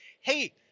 hey